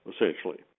essentially